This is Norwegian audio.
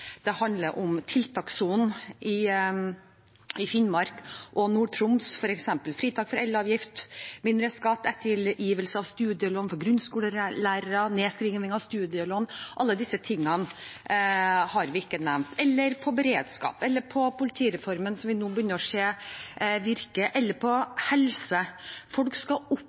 Det handler om tiltakssonen i Finnmark og Nord-Troms, med f.eks. fritak for elavgift, mindre skatt, ettergivelse av studielån for grunnskolelærere, nedskriving av studielån. Alle disse tingene har vi ikke nevnt – eller beredskap eller politireformen, som vi nå begynner å se at virker, eller helse. Folk skal